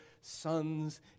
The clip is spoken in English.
Sons